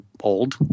old